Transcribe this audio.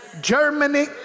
Germany